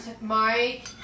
Mike